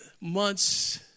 months